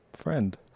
friend